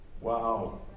Wow